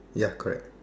ya correct